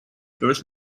earth